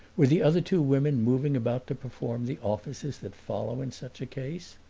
were the other two women moving about to perform the offices that follow in such a case?